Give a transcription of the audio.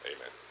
Amen